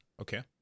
Okay